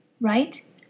Right